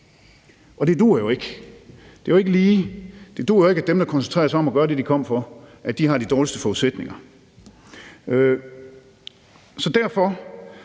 og det duer jo ikke. Det duer jo ikke, at dem, der koncentrerer sig om at gøre det, de kom for, har de dårligste forudsætninger. Er det